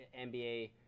NBA